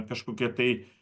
kažkokie tai